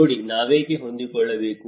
ನೋಡಿ ನಾವೇಕೆ ಹೊಂದಿಕೊಳ್ಳಬೇಕು